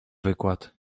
wykład